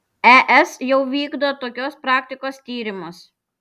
es jau vykdo tokios praktikos tyrimus